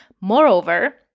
Moreover